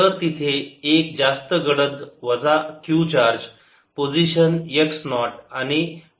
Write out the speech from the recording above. तर तिथे एक जास्त गडद वजा q charge position x naught आणि वजा y 0 ही आहे